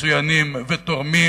ומצוינים ותורמים.